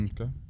Okay